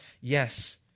Yes